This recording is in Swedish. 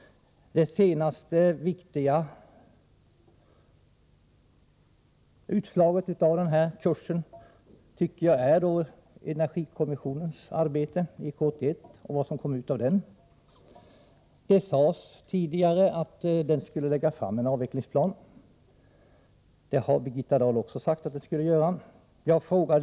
Det senaste viktiga utslaget av denna kurs tycker jag är energikommitténs arbete, EK 81, och vad som kom ut av det. Det sades tidigare att energikommittén skulle lägga fram en avvecklingsplan. Det har även Birgitta Dahl sagt.